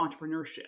entrepreneurship